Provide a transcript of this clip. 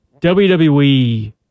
WWE